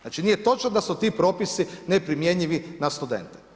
Znači, nije točno da su ti propisi neprimjenjivi na studente.